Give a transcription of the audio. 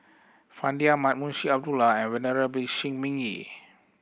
Fandi Ahmad Munshi Abdullah and Venerable Shi Ming Yi